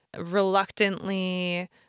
reluctantly